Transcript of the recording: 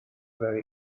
very